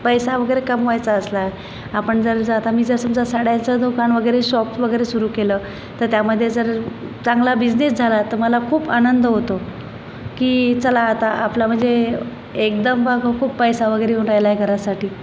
पैसा वगैरे कमवायचा असला आपण जर ज आता मी जर समजा साड्यांचं दुकान वगैरे शॉप वगैरे सुरू केलं तर त्यामध्ये जर चांगला बिझनेस झाला तर मला खूप आनंद होतो की चला आता आपला म्हणजे एकदम खूप पैसा वगैरे येऊन राहिला आहे घरासाठी